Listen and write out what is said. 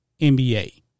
nba